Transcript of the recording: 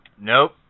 Nope